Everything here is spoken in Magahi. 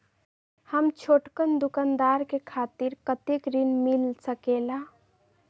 हम छोटकन दुकानदार के खातीर कतेक ऋण मिल सकेला?